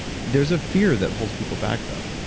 there's a fear that holds people back though.